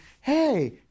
hey